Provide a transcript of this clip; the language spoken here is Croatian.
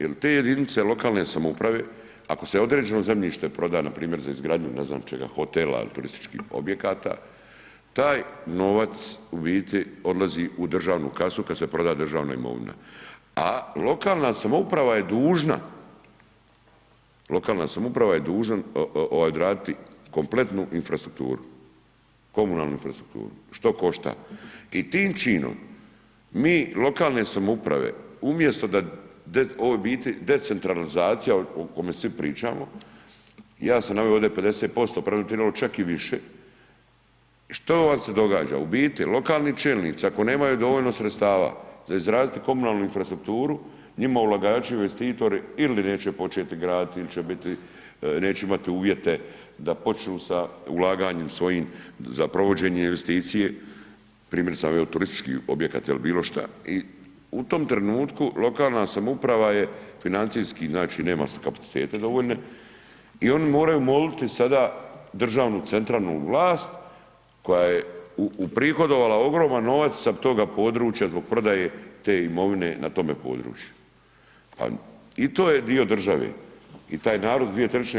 Jer te jedinice lokalne samouprave, ako se određeno zemljište proda, npr. za izgradnju ne znam čega, hotela, turističkih objekata, taj novac u biti odlazi u državnu kasu kad se proda državna imovina, a lokalna samouprava je dužna odraditi kompletnu infrastrukturu, komunalnu infrastrukturu što košta i tim činom mi lokalne samouprave umjesto da, ovo je u biti decentralizacija o kome svi pričamo, ja sam naveo ovdje 50% preventivno čak i više, što vam se događa, u biti lokalni čelnici ako nemaju dovoljno sredstava za izraditi komunalnu infrastrukturu, njima ulagači, investitori ili neće početi graditi, ili će biti, neće imati uvjete da počnu sa ulaganjem svojim za provođenje investicije, primjerice, naveo turistički objekat il bilo šta i u tom trenutku lokalna samouprava je financijski, znači, nema se kapaciteta dovoljno i oni moraju moliti sada državnu, centralnu vlast koja je uprihodovala ogroman novac sa toga područja zbog prodaje te imovine na tome području, pa i to je dio države i taj narod 2/